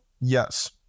Yes